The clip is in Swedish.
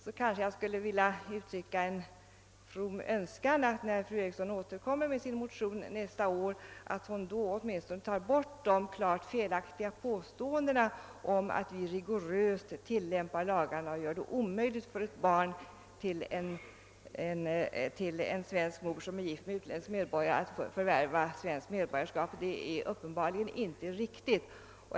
Så skulle jag vilja uttrycka en from önskan att när fru Erikssom återkommer med sin motion nästa år hon då åtminstone tar bort de klart felaktiga påståendena om att vi tillämpar lagarna rigoröst och gör det omöjligt för ett barn till en svensk mor som är gift med en utländsk medborgare att förvärva svenskt medborgarskap. Det är uppenbarligen inte riktigt.